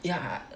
yeah